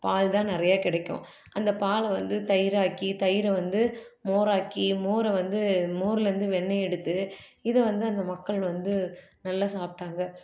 பால் தான் நிறைய கிடைக்கும் அந்த பாலை வந்து தயிராக்கி தயிரை வந்து மோராக்கி மோரை வந்து மோர்லேயிருந்து வெண்ணெய் எடுத்து இதை வந்து அந்த மக்கள் வந்து நல்லா சாப்பிட்டாங்க